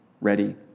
ready